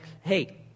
Hey